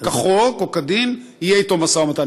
כחוק או כדין, יהיה אתו משא ומתן.